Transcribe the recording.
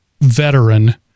veteran